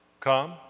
come